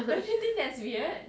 don't you think that's weird